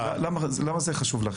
למה זה חשוב לכם?